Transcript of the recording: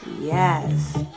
Yes